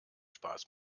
spaß